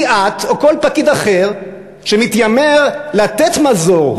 מי את או כל פקיד אחר שמתיימר לתת מזור?